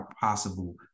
possible